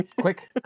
Quick